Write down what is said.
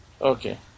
Okay